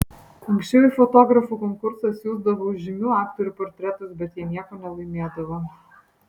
anksčiau į fotografų konkursą siųsdavau žymių aktorių portretus bet jie nieko nelaimėdavo